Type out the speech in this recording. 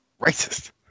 racist